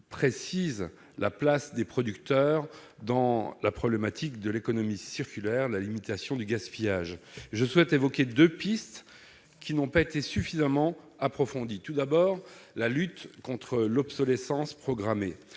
précise la place des producteurs dans la problématique de l'économie circulaire et de la limitation du gaspillage, je souhaite évoquer deux pistes qui n'ont pas été assez approfondies. Il s'agit tout d'abord de la lutte contre l'obsolescence programmée.